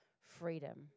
freedom